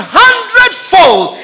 hundredfold